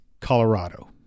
Colorado